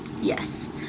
Yes